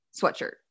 sweatshirt